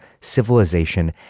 civilization